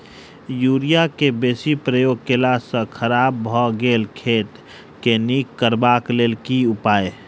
Urea केँ बेसी प्रयोग केला सऽ खराब भऽ गेल खेत केँ नीक करबाक लेल की उपाय?